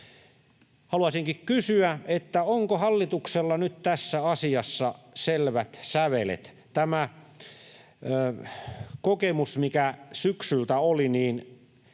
Haluaisinkin kysyä, onko hallituksella nyt tässä asiassa selvät sävelet. Tämä kokemus, mikä syksyltä oli,